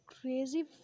crazy